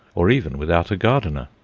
or even without a gardener.